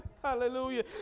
Hallelujah